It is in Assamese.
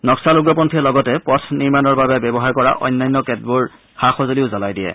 নক্সাল উগ্ৰপন্থীয়ে লগতে পথ নিৰ্মাণৰ বাবে ব্যৱহাৰ কৰা অন্যান্য কেতবোৰ সা সঁজুলিও জুলাই দিয়ে